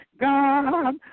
God